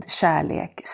kärlek